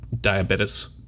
diabetes